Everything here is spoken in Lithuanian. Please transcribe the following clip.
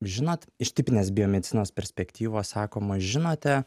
žinot iš tipinės biomedicinos perspektyvos sakoma žinote